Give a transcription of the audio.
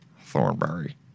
Thornberry